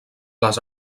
les